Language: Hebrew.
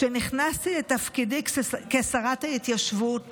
כשנכנסתי לתפקידי כשרת ההתיישבות